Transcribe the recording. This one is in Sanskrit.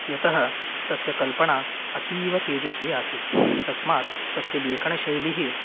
यतः तस्य कल्पना अतीव तेजस्विनी आसीत् तस्मात् तस्य लेखनशैली